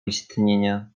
istnienie